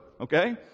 okay